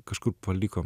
kažkur palikom